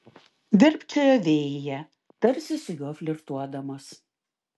virpčiojo vėjyje tarsi su juo flirtuodamos